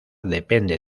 depende